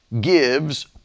gives